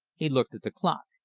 he looked at the clock.